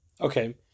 okay